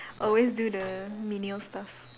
always do the menial stuff